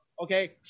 okay